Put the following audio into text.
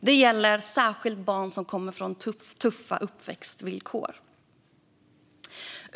Det gäller särskilt barn som kommer från tuffa uppväxtvillkor.